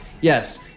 yes